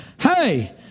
Hey